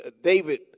David